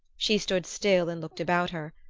she stood still and looked about her.